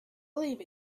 believe